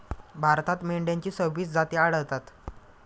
भारतात मेंढ्यांच्या सव्वीस जाती आढळतात